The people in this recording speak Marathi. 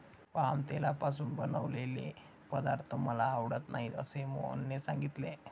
पाम तेलापासून बनवलेले पदार्थ मला आवडत नाहीत असे मोहनने सांगितले